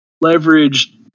leverage